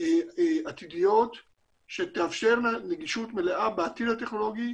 עתידיות שתאפשרנה נגישות מלאה בעתיד הטכנולוגי